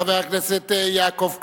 חבר הכנסת יעקב כץ,